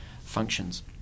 functions